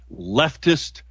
leftist